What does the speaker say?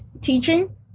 teaching